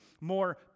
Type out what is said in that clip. more